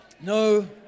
No